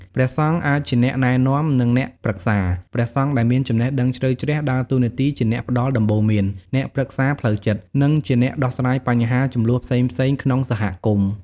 ព្រះសង្ឃអាចជាអ្នកណែនាំ និងអ្នកប្រឹក្សា ព្រះសង្ឃដែលមានចំណេះដឹងជ្រៅជ្រះដើរតួនាទីជាអ្នកផ្តល់ដំបូន្មាន អ្នកប្រឹក្សាផ្លូវចិត្ត និងជាអ្នកដោះស្រាយបញ្ហាជម្លោះផ្សេងៗក្នុងសហគមន៍។